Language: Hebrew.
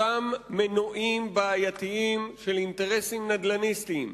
אותם מנועים בעייתיים של אינטרסים נדל"ניסטיים,